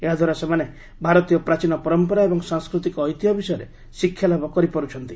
ଏହାଦ୍ୱାରା ସେମାନେ ଭାରତୀୟ ପ୍ରାଚୀନ ପରମ୍ପରା ଏବଂ ସାଂସ୍କୃତିକ ଐତିହ୍ୟ ବିଷୟରେ ଶିକ୍ଷାଲାଭ କରିପାରୁଛନ୍ତି